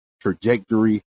trajectory